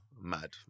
mad